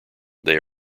they